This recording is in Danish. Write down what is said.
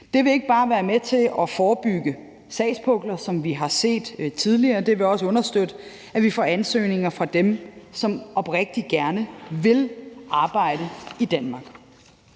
Det vil ikke bare være med til at forebygge sagspukler, som vi har set tidligere, det vil også understøtte, at vi får ansøgninger fra dem, som oprigtigt gerne vil arbejde i Danmark.